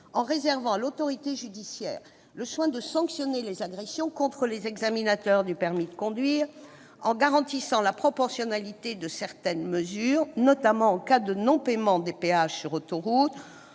en réservant à l'autorité judiciaire le soin de sanctionner les agressions contre les examinateurs du permis de conduire ; en garantissant la proportionnalité de certaines mesures, notamment en cas de non-paiement de péages sur autoroutes